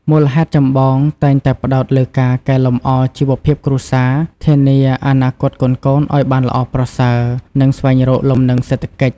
មូលហេតុចម្បងតែងតែផ្តោតលើការកែលម្អជីវភាពគ្រួសារ ធានាអនាគតកូនៗឲ្យបានល្អប្រសើរ និងស្វែងរកលំនឹងសេដ្ឋកិច្ច។